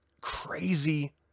crazy